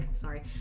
sorry